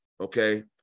okay